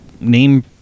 name